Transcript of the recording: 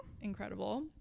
Incredible